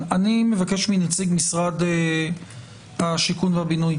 אני מבקש מנציג משרד השיכון והבינוי